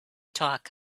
talk